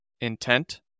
intent